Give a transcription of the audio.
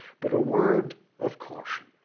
but a word of caution.